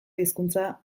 hizkuntza